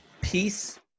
peace